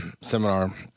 seminar